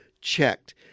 checked